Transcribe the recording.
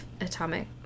atomic